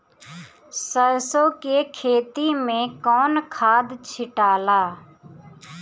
सरसो के खेती मे कौन खाद छिटाला?